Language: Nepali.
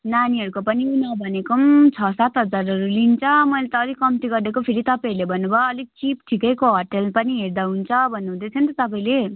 नानीहरूको पनि नभनेको पनि छ सात हजारहरू लिन्छ मैले त अलिक कम्ती गरिदिएको फेरि तपाईँहरूले भन्नु भयो अलिक चिप ठिकैको होटेल पनि हेर्दा हुन्छ भन्नुहुँदै थियो नि त तपाईँले